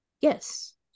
yes